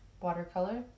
Watercolor